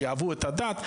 שיאהבו את הדת,